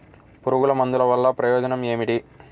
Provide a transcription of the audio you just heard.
పురుగుల మందుల వల్ల ప్రయోజనం ఏమిటీ?